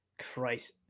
Christ